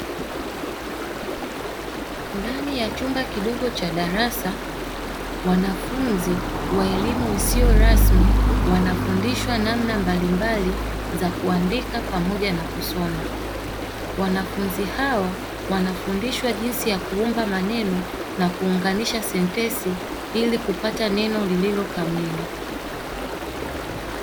Ndani ya chumba kidogo cha darasa wanafunzi wa elimu isiyo rasmi wanafundishwa namna mbalimbali za kuandika pamoja na kusoma. Wanafunzi hawa wanafundishwa jinsi ya kuumba maneno na kuunganisha sentensi ili kupata neno lililo kamili.